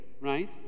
right